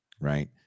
right